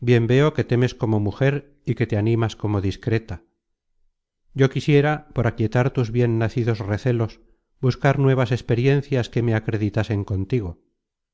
bien veo que temes como mujer y que te animas como discreta yo quisiera por aquietar tus bien nacidos recelos buscar nuevas experiencias que me acreditasen contigo